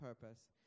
purpose